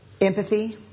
Empathy